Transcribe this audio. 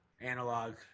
analog